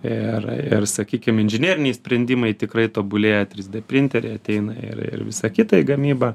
ir ir sakykim inžineriniai sprendimai tikrai tobulėja trys d printeriai ateina ir ir visa kita į gamybą